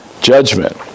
judgment